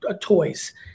toys